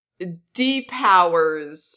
depowers